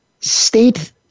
State